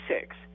six